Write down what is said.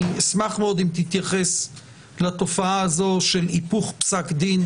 אני אשמח מאוד אם תתייחס לתופעה הזו של היפוך פסק דין